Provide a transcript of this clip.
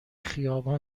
خیابان